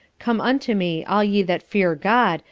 come unto me all ye that fear god,